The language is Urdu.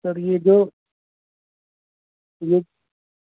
سر یہ جو یہ